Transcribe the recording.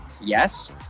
yes